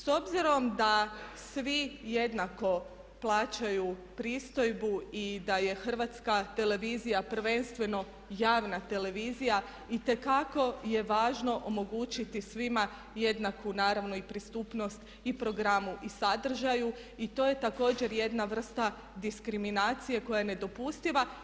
S obzirom da svi jednako plaćaju pristojbu i da je Hrvatska televizija prvenstveno javna televizija itekako je važno omogućiti svima jednaku naravno i pristupnost i programu i sadržaju i to je također jedna vrsta diskriminacije koja je nedopustiva.